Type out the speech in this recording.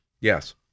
Yes